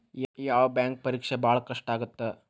ಯಾವ್ ಬ್ಯಾಂಕ್ ಪರೇಕ್ಷೆ ಭಾಳ್ ಕಷ್ಟ ಆಗತ್ತಾ?